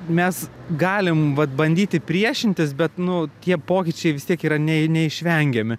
mes galim vat bandyti priešintis bet nu tie pokyčiai vis tiek yra ne neišvengiami